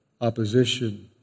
opposition